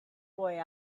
boy